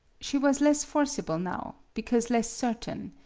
she was less forcible now, because less certain.